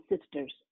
sisters